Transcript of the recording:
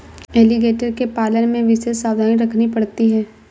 alligator के पालन में विशेष सावधानी रखनी पड़ती है